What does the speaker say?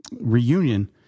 reunion